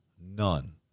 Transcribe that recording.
None